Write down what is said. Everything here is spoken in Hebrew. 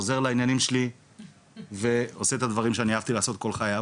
חוזר לעניינים שלי ועושה את הדברים שאני אהבתי לעשות כל חיי,